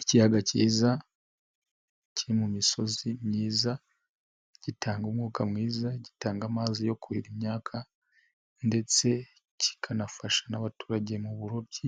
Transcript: Ikiyaga kiza, kiri mu misozi myiza, gitanga umwuka mwiza, gitanga amazi yo kuhira imyaka, ndetse kikanafasha n'abaturage mu burobyi.